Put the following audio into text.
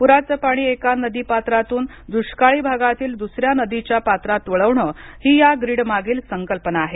पुराचं पाणी एका नदी पात्रातून दुष्काळी भागातील दुसऱ्या नदीच्या पात्रात वळवणं ही या ग्रीडमागील संकल्पना आहे